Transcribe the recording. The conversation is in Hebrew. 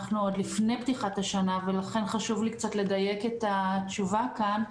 אנחנו עוד לפני פתיחת השנה ולכן חשוב לי לדייק את התשובה כאן.